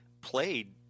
played